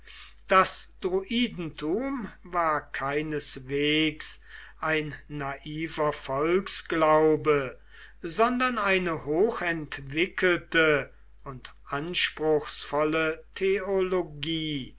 das druidentum war keineswegs ein naiver volksglaube sondern eine hoch entwickelte und anspruchsvolle theologie